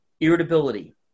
irritability